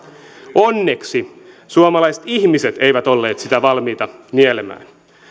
onneksi suomalaiset ihmiset eivät olleet sitä valmiita nielemään